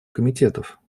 комитетов